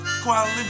quality